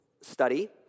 study